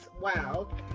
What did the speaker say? Wow